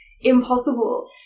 impossible